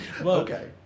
Okay